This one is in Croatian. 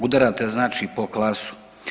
Udarate znači po klasu.